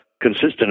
consistent